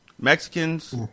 Mexicans